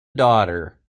daughter